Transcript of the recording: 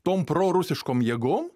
tom prorusiškom jėgom